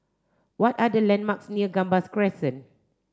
what are the landmarks near Gambas Crescent